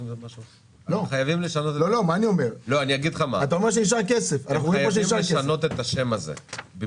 חייבים לשנות את השם הזה.